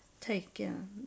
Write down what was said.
taken